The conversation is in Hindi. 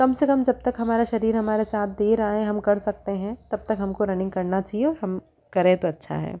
कम से कम जब तक हमारा शरीर हमारा साथ दे रहा है हम कर सकते हैं तब तक हमको रनिंग करना चाहिए और हम करें तो अच्छा है